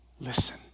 Listen